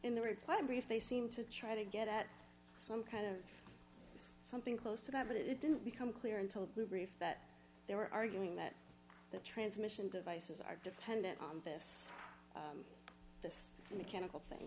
in the reply brief they seem to try to get at some kind of something close to that but it didn't become clear until reef that they were arguing that the transmission devices are dependent on this this mechanical thing